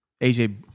AJ